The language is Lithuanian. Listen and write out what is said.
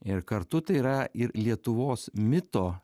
ir kartu tai yra ir lietuvos mito